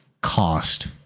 cost